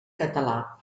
català